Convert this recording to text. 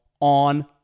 on